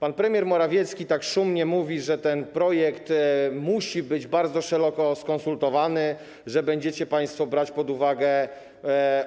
Pan premier Morawiecki szumnie mówi, że ten projekt musi być bardzo szeroko skonsultowany, że będziecie państwo brać pod uwagę